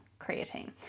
creatine